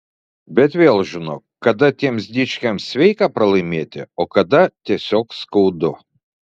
bet vėl žinok kada tiems dičkiams sveika pralaimėti o kada tiesiog skaudu